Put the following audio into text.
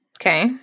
Okay